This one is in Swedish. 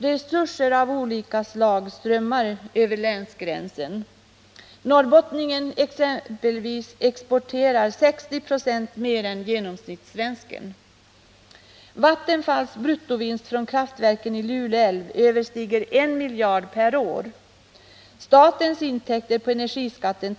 Resurser av olika slag strömmar över länsgränsen. Norrbottningen exempelvis exporterar 60 26 mer än genomsnittssvensken. Vattenfalls bruttovinst från kraftverken i Lule älv överstiger 1 miljard kronor per år. Dessutom tillkommer statens intäkter på energiskatten.